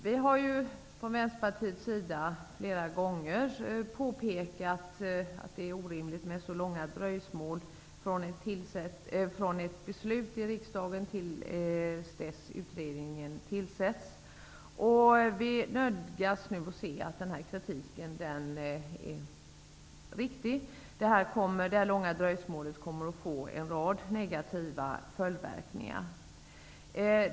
Vi från Vänsterpartiet har flera gånger påpekat att det är orimligt med så långa dröjsmål från ett beslut i riksdagen till dess utredningen tillsätts. Vi nödgas nu se att denna kritik är riktig. Detta långa dröjsmål kommer att få en rad negativa följdverkningar.